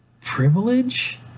Privilege